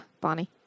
Bonnie